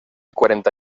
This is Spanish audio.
cuarenta